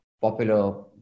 popular